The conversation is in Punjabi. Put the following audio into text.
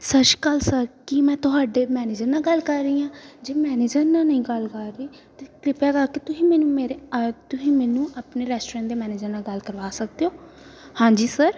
ਸਤਿ ਸ਼੍ਰੀ ਅਕਾਲ ਸਰ ਕੀ ਮੈਂ ਤੁਹਾਡੇ ਮੈਨੇਜਰ ਨਾਲ ਗੱਲ ਕਰ ਰਹੀ ਹਾਂ ਜੇ ਮੈਨੇਜਰ ਨਾਲ ਨਹੀਂ ਗੱਲ ਕਰ ਰਹੀ ਤਾਂ ਕਿਰਪਾ ਕਰਕੇ ਤੁਸੀਂ ਮੈਨੂੰ ਮੇਰੇ ਆ ਤੁਸੀਂ ਮੈਨੂੰ ਆਪਣੇ ਰੈਸਟੋਰੈਂਟ ਦੇ ਮੈਨੇਜਰ ਨਾਲ ਗੱਲ ਕਰਵਾ ਸਕਦੇ ਹੋ ਹਾਂਜੀ ਸਰ